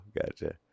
gotcha